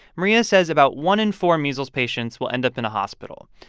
maria says about one in four measles patients will end up in a hospital.